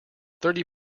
thirty